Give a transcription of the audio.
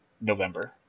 November